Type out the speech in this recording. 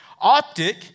Optic